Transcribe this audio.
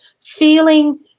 feeling